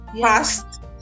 past